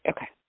Okay